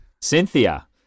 Cynthia